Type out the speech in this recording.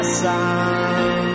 sun